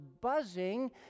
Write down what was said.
buzzing